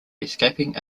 escaping